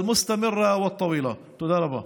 המתמשכת והארוכה.) תודה רבה.